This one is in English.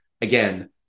again